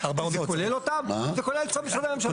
וכולל את משרדי הממשלה.